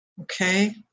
Okay